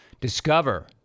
Discover